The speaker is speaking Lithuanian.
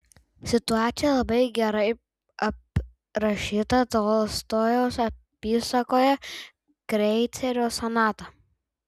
situacija labai gerai aprašyta tolstojaus apysakoje kreicerio sonata